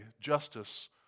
justice